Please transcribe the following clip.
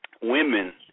Women